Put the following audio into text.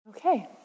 Okay